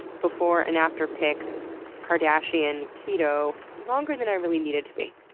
before and after pics kardashian keto longer than i really needed to be.